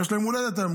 ויש לו יום הולדת היום.